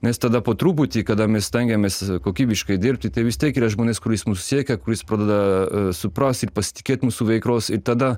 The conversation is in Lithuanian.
nes tada po truputį kada mes stengiamės kokybiškai dirbti tai vis tiek yra žmonės kuris mus siekia kuris pradeda suprast ir pasitikėt mūsų veikros i tada